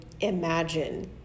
imagine